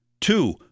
Two